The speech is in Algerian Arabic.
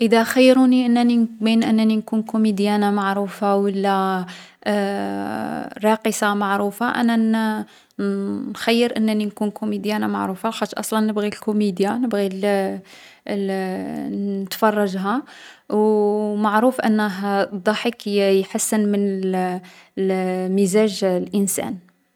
إذا خيرونني أنني بين أنني نكون كوميديانة معروفة و لا راقصة معروفة، أنا نخيّر أنني نكون كوميديانة معروفة. لاخاطش أصلا نبغي الكوميديا، نبغي نتفرجها. تاني معروف بلي الضحك يحسّن من مزاج الإنسان، و ينقّصله التوتر.